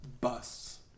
busts